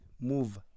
move